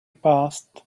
passed